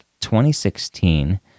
2016